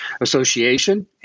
Association